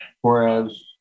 Whereas